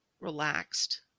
relaxed